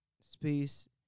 space